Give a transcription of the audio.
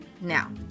Now